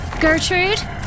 Gertrude